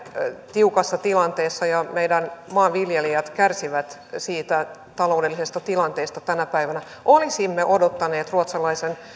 tiukassa tilanteessa ja meidän maanviljelijät kärsivät siitä taloudellisesta tilanteesta tänä päivänä olisimme odottaneet ruotsalaisen